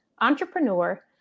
entrepreneur